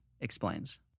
explains